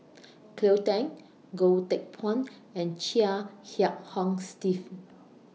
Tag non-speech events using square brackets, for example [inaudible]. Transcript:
[noise] Cleo Thang Goh Teck Phuan and Chia Kiah Hong Steve